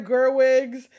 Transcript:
Gerwig's